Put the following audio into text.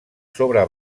sobre